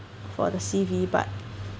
for the C_V but